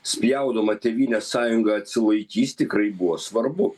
spjaudoma tėvynės sąjunga atsilaikys tikrai buvo svarbu